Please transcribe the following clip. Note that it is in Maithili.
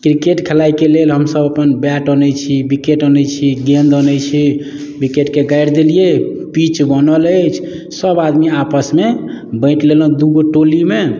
क्रिकेट खेलाइके लेल हमसभ अपन बैट अनैत छी विकेट अनैत छी गेन्द अनैत छी विकेटके गाड़ि देलियै पीच बनल अछि सभआदमी आपसमे बाँटि लेलहुँ दू गो टोलीमे